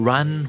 Run